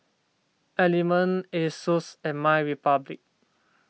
Element Asus and MyRepublic